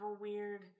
weird